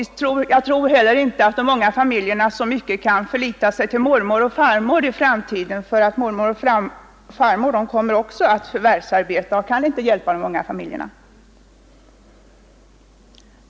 Jag tror heller inte att de unga familjerna kan förlita sig till mormor och farmor i framtiden, eftersom också mormor och farmor kommer att förvärvsarbeta och således inte kan hjälpa de unga familjerna.